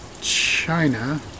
China